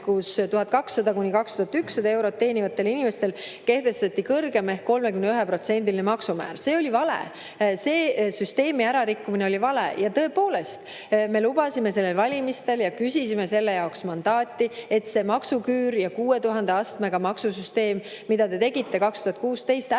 1200–2100 eurot teenivatele inimestele kehtestati kõrgem ehk 31%-line maksumäär. See oli vale. Selle süsteemi ärarikkumine oli vale. Tõepoolest, me lubasime valimistel ja küsisime selle jaoks mandaati, et see maksuküür ja 6000 astmega maksusüsteem, mille te tegite 2016, ära kaotada,